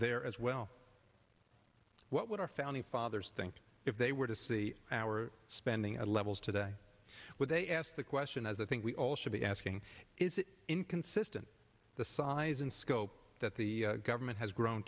there as well what would our founding fathers think if they were to see our spending at levels today would they ask the question as i think we all should be asking is inconsistent the size and scope that the government has grown